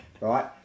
right